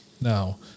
Now